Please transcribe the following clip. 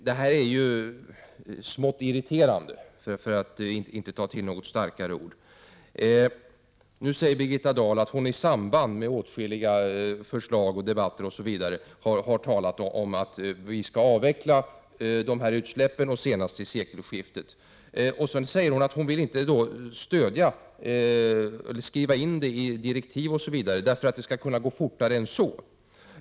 Det är smått irriterande, för att inte ta till något starkare ord. Birgitta Dahl säger att hon i samband med åtskilliga förslag, debatter osv. har talat om att utsläppen från massaindustrin skall vara avvecklade senast vid sekelskiftet. Sedan säger hon att hon inte vill skriva in det i några direktiv, därför att det skall kunna gå fortare än så.